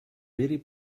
very